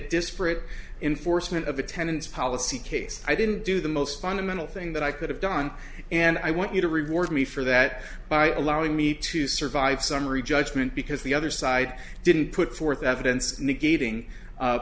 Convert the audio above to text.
disparate in forstmann of attendance policy case i didn't do the most fundamental thing that i could have done and i want you to reward me for that by allowing me to survive summary judgment because the other side didn't put forth evidence negating